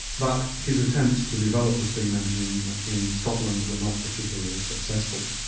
but his attempts to develop the steam engine in scotland were not particularly successful.